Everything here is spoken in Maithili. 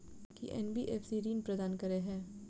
की एन.बी.एफ.सी ऋण प्रदान करे है?